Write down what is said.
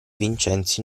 vincenzi